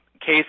case